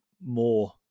more